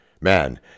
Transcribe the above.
Man